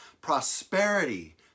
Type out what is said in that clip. prosperity